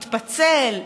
התפצל,